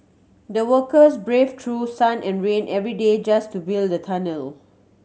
the workers braved through sun and rain every day just to build the tunnel